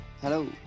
hello